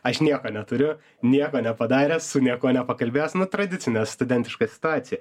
aš nieko neturiu nieko nepadaręs su niekuo nepakalbėjęs nu tradicinė studentiška situacija